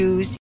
Use